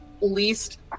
least